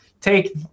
take